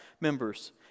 members